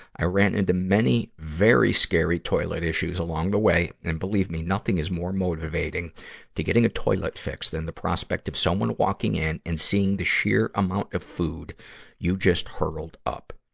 i ran into many, very scary toilets issues along the way. and believe me, nothing is more motivating to getting a toilet fixed than the prospect of someone walking in and seeing the sheer amount of food you just hurled up.